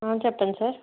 చెప్పండి సార్